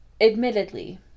Admittedly